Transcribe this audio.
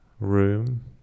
Room